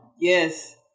Yes